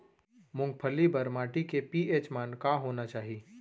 मूंगफली बर माटी के पी.एच मान का होना चाही?